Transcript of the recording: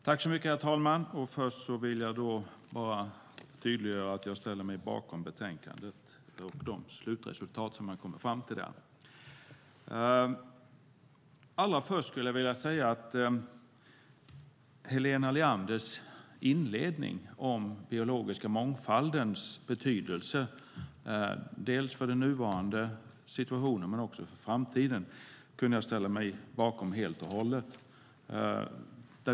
Herr talman! Först vill jag tydliggöra att jag ställer mig bakom betänkandet och de slutresultat som man kommer fram till där. Helena Leanders inledning om den biologiska mångfaldens betydelse för såväl den nuvarande situationen som för framtiden ställer jag mig bakom helt och hållet.